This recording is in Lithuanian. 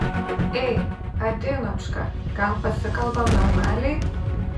ei adinočka gal pasikalbam normaliai